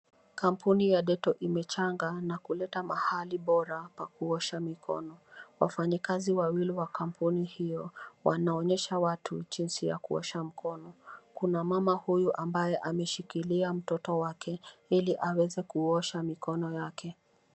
Kampuni ya Dettol imechanga na kuleta mahali bora pa kuosha mikono. Wafanyikazi wawili wa kampuni hiyo wanaonyesha watu jinsi ya kuosha mkono. Kuna mama huyu ambaye ameshikilia mtoto wake ili aweze kuosha mikono yake.